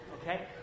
Okay